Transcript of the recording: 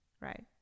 right